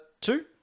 two